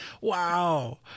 wow